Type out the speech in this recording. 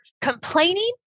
complaining